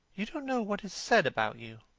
you don't know what is said about you.